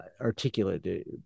articulate